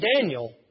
Daniel